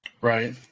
right